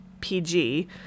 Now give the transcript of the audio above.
PG